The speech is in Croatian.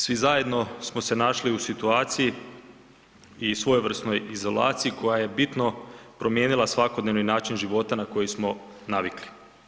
Svi zajedno smo se našli u situaciji i svojevrsnoj izolaciji koja je bitno promijenila svakodnevni način života na koji smo navikli.